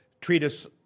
treatise